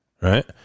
Right